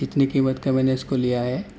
جتنی قیمت کا میں نے اس کو لیا ہے